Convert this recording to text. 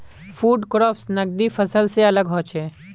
food crops नगदी फसल से अलग होचे